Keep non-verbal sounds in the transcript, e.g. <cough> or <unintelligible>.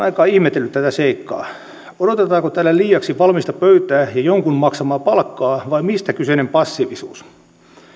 <unintelligible> aikaa ihmetellyt tätä seikkaa odotetaanko täällä liiaksi valmista pöytää ja jonkun maksamaa palkkaa vai mistä kyseinen passiivisuus